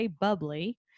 bubbly